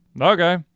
okay